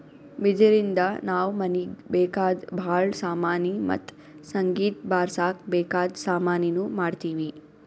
ಬಿದಿರಿನ್ದ ನಾವ್ ಮನೀಗ್ ಬೇಕಾದ್ ಭಾಳ್ ಸಾಮಾನಿ ಮತ್ತ್ ಸಂಗೀತ್ ಬಾರ್ಸಕ್ ಬೇಕಾದ್ ಸಾಮಾನಿನೂ ಮಾಡ್ತೀವಿ